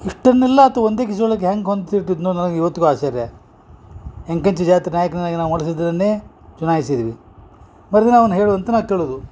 ಇಷ್ಟನ್ನೆಲ್ಲ ಆತ ಒಂದೇ ಕಿಸಿ ಒಳಗ ಹ್ಯಾಂಗ ಹೊಂದ್ಸಿಟ್ಟಿದ್ನೊ ನನಗ ಇವತ್ಗು ಆಶ್ಚರ್ಯ ಎಂಕಂಚಿ ಜಾತ್ರೆ ನಾಯಕ್ನಾಗ ನಾವು ಮಾಡ್ಸಿದನ್ನೇ ಚುನಾಯ್ಸಿದ್ದೀವಿ ಮರುದಿನ ಅವ್ನ ಹೇಳು ಅಂತ ನಾ ಕೇಳುವುದು